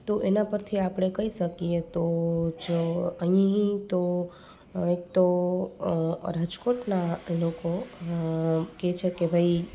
તો એના પરથી આપણે કહી શકીએ તો જો અહીં તો એક તો રાજકોટના એ લોકો કે છે કે ભાઈ